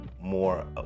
more